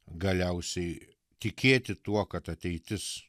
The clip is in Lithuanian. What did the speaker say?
galiausiai tikėti tuo kad ateitis